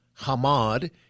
Hamad